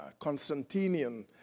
Constantinian